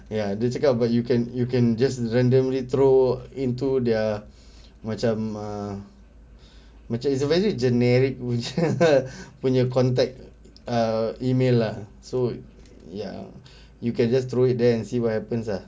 ya dia cakap but you can you can just randomly throw into their macam ah macam it's a very generic which punya contact err email lah so ya you can just throw it there and see what happens ah